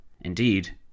Indeed